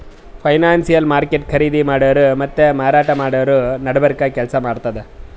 financial market ಖರೀದಿ ಮಾಡೋರ್ ಮತ್ತ್ ಮಾರಾಟ್ ಮಾಡೋರ್ ನಡಬರ್ಕ್ ಕೆಲ್ಸ್ ಮಾಡ್ತದ್